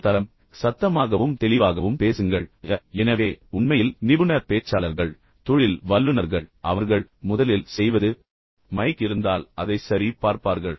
குரல் தரம் சத்தமாகவும் தெளிவாகவும் பேசுங்கள் எனவே உண்மையில் நிபுணர் பேச்சாளர்கள் தொழில் வல்லுநர்கள் அவர்கள் முதலில் செய்வது மைக் இருந்தால் அதைச் சரி பார்ப்பார்கள்